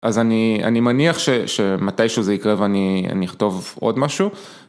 אז אני מניח שמתישהו זה יקרה ואני אכתוב עוד משהו.